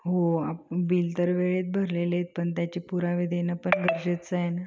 हो आप बिल तर वेळेत भरलेलेत पण त्याचे पुरावे देणं पन गरजेच आहे ना